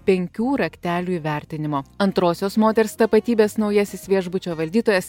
penkių raktelių įvertinimo antrosios moters tapatybės naujasis viešbučio valdytojas